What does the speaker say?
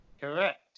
Correct